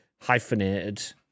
hyphenated